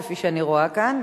כפי שאני רואה כאן,